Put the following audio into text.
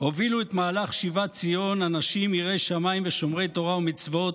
הובילו את מהלך שיבת ציון אנשים יראי שמיים ושומרי תורה ומצוות,